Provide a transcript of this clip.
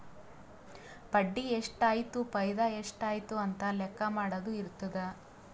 ಬಡ್ಡಿ ಎಷ್ಟ್ ಆಯ್ತು ಫೈದಾ ಎಷ್ಟ್ ಆಯ್ತು ಅಂತ ಲೆಕ್ಕಾ ಮಾಡದು ಇರ್ತುದ್